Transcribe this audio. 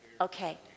Okay